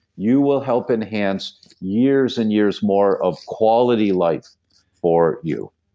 you will help enhance years and years more of quality life for you,